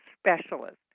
specialist